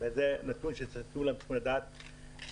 וזה נתון שכולם צריכים לדעת אותו,